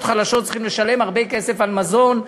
חלשות צריכים לשלם הרבה כסף על מזון,